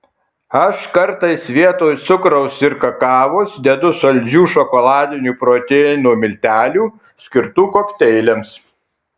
aš kartais vietoj cukraus ir kakavos dedu saldžių šokoladinių proteino miltelių skirtų kokteiliams